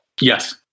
Yes